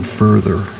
further